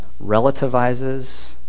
relativizes